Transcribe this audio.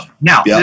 Now